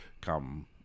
come